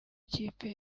kipe